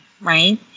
Right